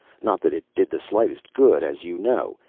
not that it did the slightest good, as you know.